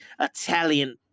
italian